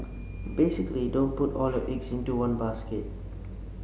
basically don't put all your eggs into one basket